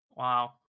Wow